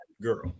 girl